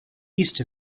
east